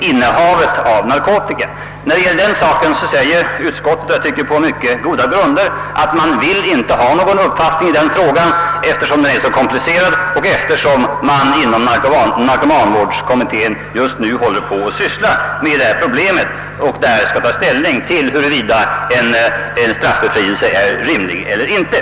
I den senare frågan uttalar utskottet — som jag tycker på mycket goda grunder — att det inte vill ha någon uppfattning, eftersom saken är så komplicerad och eftersom narkomanvårdskommittén just nu arbetar med problemet huruvida en straffbefrielse är rimlig eller inte.